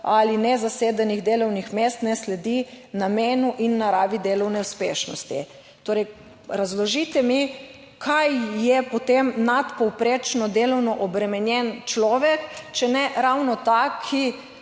ali nezasedenih delovnih mest ne sledi namenu in naravi delovne uspešnosti. Torej, razložite mi, kaj je potem nadpovprečno delovno obremenjen človek, če ne ravno ta, ki